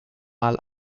mal